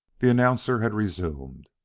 the announcer had resumed,